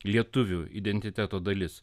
lietuvių identiteto dalis